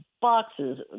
boxes